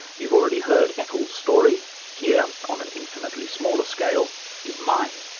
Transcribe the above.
you've already heard eccles' story here, on an infinitely smaller scale is mine